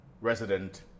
resident